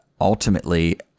ultimately